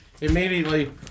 immediately